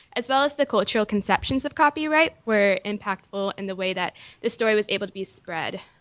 as well as the cultural conceptions of copyright were impactful and the way that the story was able to be spread.